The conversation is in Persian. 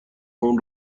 اون